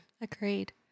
Agreed